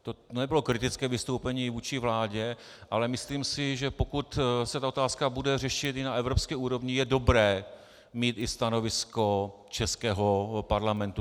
To nebylo kritické vystoupení vůči vládě, ale myslím si, pokud se tato otázka bude řešit na evropské úrovni, je dobré mít stanovisko českého parlamentu.